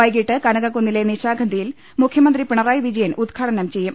വൈകീട്ട് കനകക്കുന്നിലെ നിശാഗന്ധിയിൽ മുഖ്യ മന്ത്രി പിണറായി വിജയൻ ഉദ്ഘാടനം ചെയ്യും